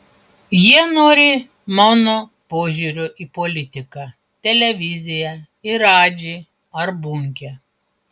jie nori mano požiūrio į politiką televiziją į radžį ar bunkę